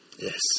Yes